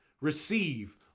receive